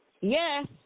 yes